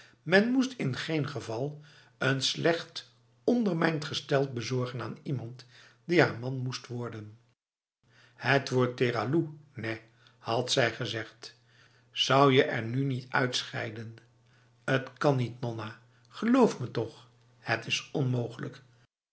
men moest in geen geval n slecht ondermijnd gestel bezorgen aan iemand die haar man moest worden het wordt terlaloe nèh had zij gezegd zou je er nu niet uitscheiden t kan niet nonna geloof me toch het is onmogelijk